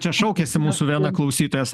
čia šaukiasi mūsų viena klausytojas